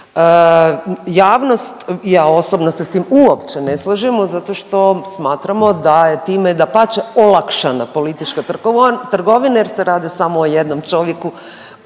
javnost i ja osobno se s tim uopće ne slažemo zato što smatramo da je time dapače olakšana politička trgovina jer se radi samo o jednom čovjeku